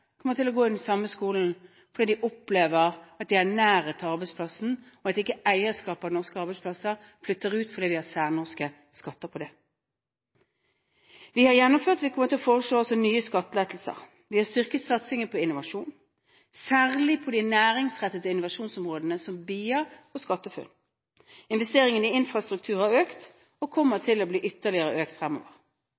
kommer til å gå i den samme skolen fordi de opplever at de har nærhet til arbeidsplassen, og at ikke eierskapet av norske arbeidsplasser flytter ut fordi vi har særnorske skatter på det. Vi har gjennomført og kommer til å forelå nye skattelettelser. Vi har styrket satsingen på innovasjon, særlig på de næringsrettede innovasjonsområdene som BIA og SkatteFUNN. Investeringene i infrastruktur har økt, og kommer